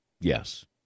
yes